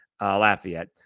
Lafayette